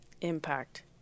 impact